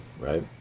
right